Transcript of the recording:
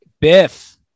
Biff